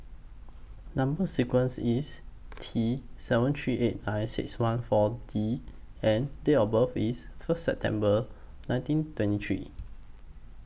Number sequence IS T seven three eight nine six one four D and Date of birth IS First September nineteen twenty three